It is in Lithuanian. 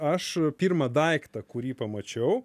aš pirmą daiktą kurį pamačiau